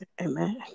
Amen